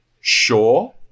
sure